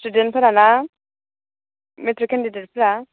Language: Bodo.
स्टुडेन्टफोरा ना मेट्रिक केन्डिडेटफ्रा